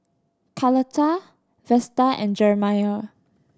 Carlotta Vesta and Jeremiah